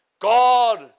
God